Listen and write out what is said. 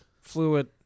fluid